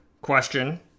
question